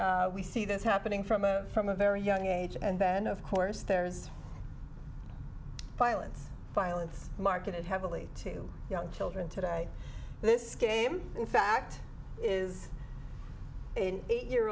violence we see this happening from a from a very young age and then of course there's violence violence marketed heavily to young children today this game in fact is an eight year